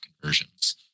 conversions